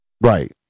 Right